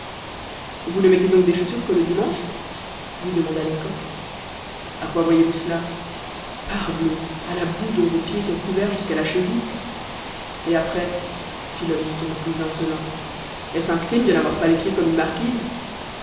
vous ne mettez donc des chaussures que le dimanche lui demanda lecoq à quoi voyez-vous cela parbleu à la boue dont vos pieds sont couverts jusqu'à la cheville et après fit l'homme du ton le plus insolent est-ce un crime de n'avoir pas les pieds comme une marquise